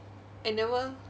I never